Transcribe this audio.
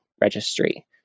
registry